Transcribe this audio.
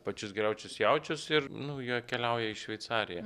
pačius geriaučius jaučius ir nu jie keliauja į šveicariją